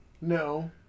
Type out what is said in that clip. No